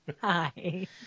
Hi